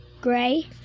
gray